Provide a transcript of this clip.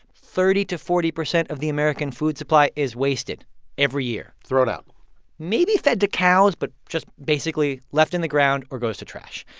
thirty to forty percent of the american food supply is wasted every year throw it out maybe fed to cows, but just basically left in the ground or goes to trash.